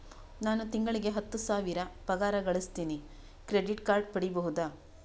ನಾನು ತಿಂಗಳಿಗೆ ಹತ್ತು ಸಾವಿರ ಪಗಾರ ಗಳಸತಿನಿ ಕ್ರೆಡಿಟ್ ಕಾರ್ಡ್ ಪಡಿಬಹುದಾ?